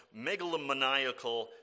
megalomaniacal